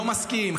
לא מסכים,